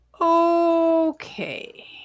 Okay